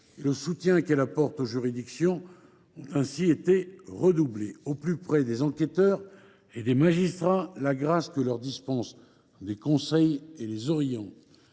le soutien qu’elle apporte aux juridictions ont ainsi été redoublés. Au plus près des enquêteurs et des magistrats, l’Agrasc leur dispense des conseils et les oriente.